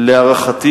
לדעתי,